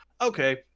okay